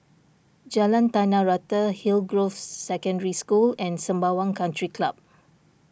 Jalan Tanah Rata Hillgrove Secondary School and Sembawang Country Club